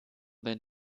bin